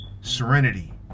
serenity